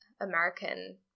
American